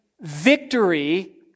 victory